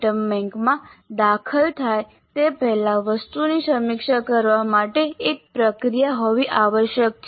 item બેંકમાં દાખલ થાય તે પહેલાં વસ્તુઓની સમીક્ષા કરવા માટે એક પ્રક્રિયા હોવી આવશ્યક છે